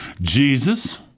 Jesus